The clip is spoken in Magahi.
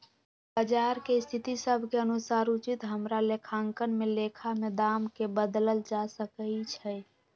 बजार के स्थिति सभ के अनुसार उचित हमरा लेखांकन में लेखा में दाम् के बदलल जा सकइ छै